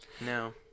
No